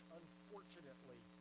unfortunately